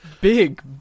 Big